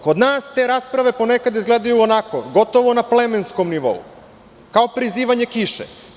Kod nas te rasprave ponekad izgledaju onako, gotovo na plemenskom nivou, kao prizivanje kiše.